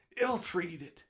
ill-treated